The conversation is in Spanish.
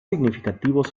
significativos